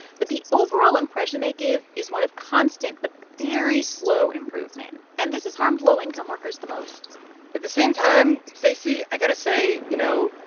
but the overall impression they give is one of constant but very slow improvement. and this has harmed low income workers the most at the same time, stacey, i got to say, you know,